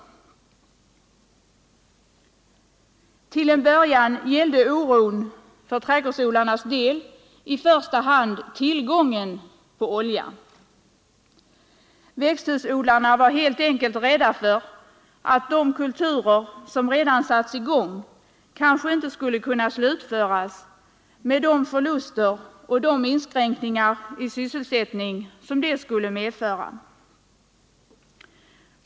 Till en början gällde oron för trädgårdsodlarnas del i första hand tillgången på olja. Växthusodlarna var helt enkelt rädda för att de kulturer som redan satts i gång kanske inte skulle kunna slutföras — med de förluster och de inskränkningar i sysselsättningen som det skulle medföra.